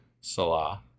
Salah